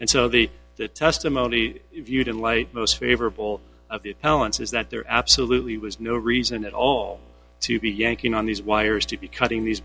and so the the testimony if you don't light most favorable of the balance is that there absolutely was no reason at all to be yanking on these wires to be cutting these